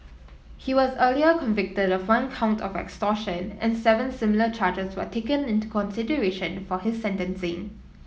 he was earlier convicted of one count of extortion and seven similar charges were taken into consideration for his sentencing